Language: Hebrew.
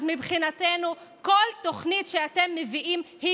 מבחינתנו כל תוכנית שאתם מביאים היא